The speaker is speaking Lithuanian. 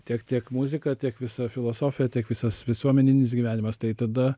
tiek tiek muzika tiek visa filosofija tiek visas visuomeninis gyvenimas tai tada